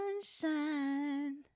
sunshine